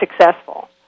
successful